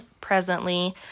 presently